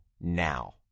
now